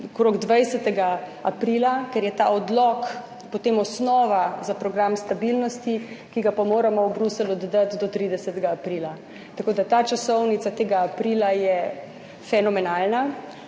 okrog 20. aprila, ker je ta odlok potem osnova za program stabilnosti, ki ga pa moramo v Bruselj oddati do 30. aprila, tako da ta časovnica tega aprila je fenomenalna.